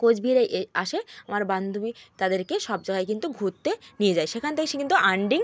কোচবিহারে এ আসে আমার বান্ধবী তাদেরকে সব জায়গায় কিন্তু ঘুরতে নিয়ে যায় সেখান থেকে সে কিন্তু আর্নিং